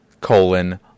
Colon